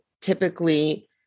typically